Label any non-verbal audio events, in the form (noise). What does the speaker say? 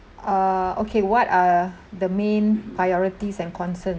uh okay what are (breath) the main priorities and concerns